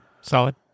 Solid